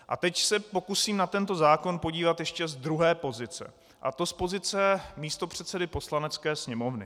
A teď se pokusím na tento zákon podívat ještě z druhé pozice, a to z pozice místopředsedy Poslanecké sněmovny.